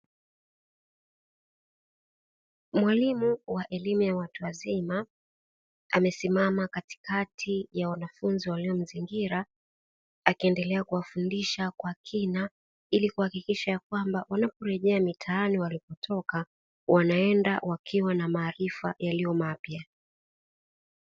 Mwalimu wa elimu ya watu wazima amesimama katikati ya wanafunzi waliomzingira, akiendelea kuwafundisha kwa kina ili kuhakikisha ya kwamba wanaporejea mitaani walipotoka wanaenda wakiwa na maarifa yaliyo mapya.